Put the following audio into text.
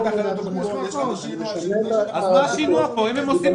אם עושים